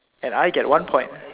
and I get one point